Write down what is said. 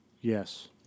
Yes